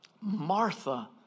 Martha